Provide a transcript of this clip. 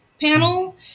panel